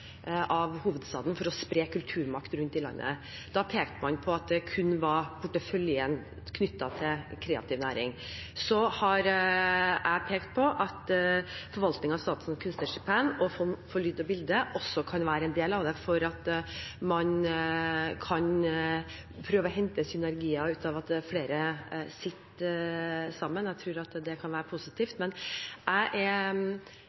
av hovedstaden for å spre kulturmakt rundt i landet. Da pekte man på at det kun var porteføljen knyttet til kreativ næring. Så har jeg pekt på at forvaltningen av Statens kunstnerstipend og Fond for lyd og bilde også kan være en del av det, for å prøve å hente synergieffekter ut av at flere sitter sammen. Jeg tror det kan være positivt. Men jeg er